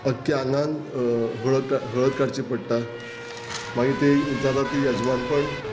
अक्क्या आंगान हळद हळद काडची पडटा मागीर ती जाता ती यजवानपण